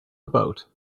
about